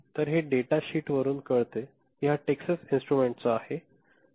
तर हे data sheet वरून कळतो कि हा टेक्सास इंस्ट्रुमेंट्स चा आहे